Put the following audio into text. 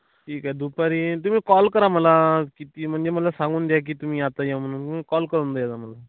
ठीक आहे दुपारी तुम्ही कॉल करा मला किती म्हणजे मला सांगून द्या की तुम्ही आता या म्हणून कॉल करून देजा मला